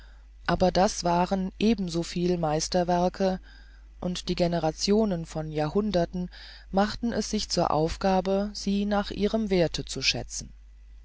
aber das waren ebensoviel meisterwerke und die generationen von jahrhunderten machten es sich zur aufgabe sie nach ihrem werthe zu schätzen